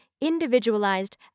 individualized